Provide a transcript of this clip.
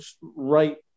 right